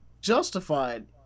justified